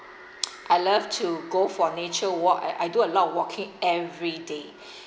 I love to go for nature walk I I do a lot of walking every day